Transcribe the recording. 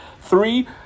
Three